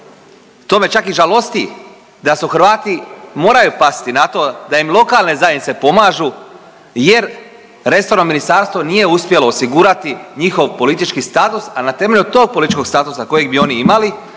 To me čak i žalosti da su Hrvati moraju pasti na to da im lokalne zajednice pomažu jer resorno ministarstvo nije uspjelo osigurati njihov politički status. A na temelju tog političkog statusa kojeg bi oni imali